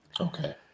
Okay